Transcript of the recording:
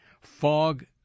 Fog